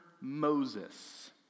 Moses